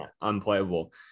unplayable